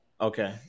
Okay